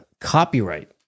copyright